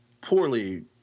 poorly